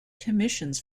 commissions